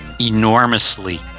enormously